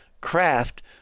craft